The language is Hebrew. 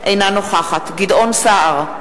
אינה נוכחת גדעון סער,